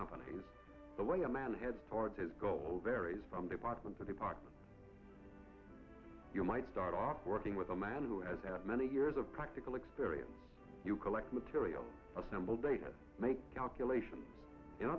companies the way a man heads towards his goal varies from department to department you might start off working with a man who has many years of practical experience you collect material assemble data make calculation